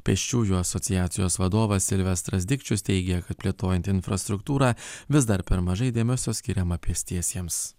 pėsčiųjų asociacijos vadovas silvestras dikčius teigia kad plėtojant infrastruktūrą vis dar per mažai dėmesio skiriama pėstiesiems